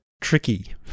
tricky